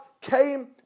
came